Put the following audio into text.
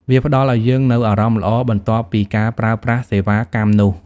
វាផ្ដល់ឱ្យយើងនូវអារម្មណ៍ល្អបន្ទាប់ពីការប្រើប្រាស់សេវាកម្មនោះ។